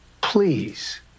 Please